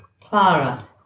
Clara